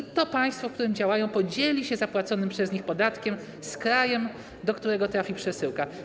I to państwo, w którym działają, podzieli się zapłaconym przez nich podatkiem z krajem, do którego trafi przesyłka.